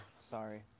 sorry